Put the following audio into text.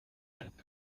bishatse